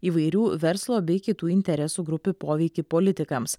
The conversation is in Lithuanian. įvairių verslo bei kitų interesų grupių poveikį politikams